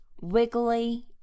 wiggly